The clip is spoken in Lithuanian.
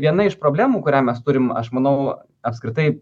viena iš problemų kurią mes turim aš manau apskritai